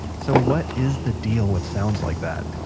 so what is the deal with sounds like that?